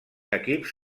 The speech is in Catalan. equips